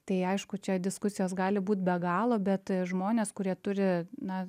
tai aišku čia diskusijos gali būt be galo bet žmonės kurie turi na